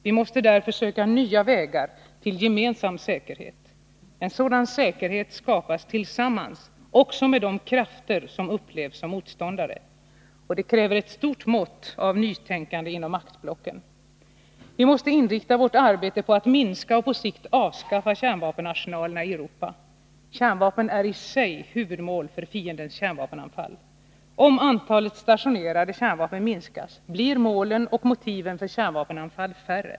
Vi måste därför söka nya vägar till gemensam säkerhet. En sådan säkerhet skapas tillsammans också med de krafter som upplevs som motståndare. Det kräver ett stort mått av nytänkande inom maktblocken. Vi måste inrikta vårt arbete på att minska och på sikt avskaffa kärnvapenarsenalerna i Europa. Kärnvapen är i sig huvudmål för fiendens kärnvapenanfall. Om antalet stationerade kärnvapen minskas, blir målen och motiven för kärnvapenanfall färre.